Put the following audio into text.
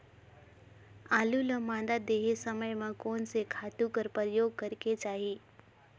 आलू ल मादा देहे समय म कोन से खातु कर प्रयोग करेके चाही?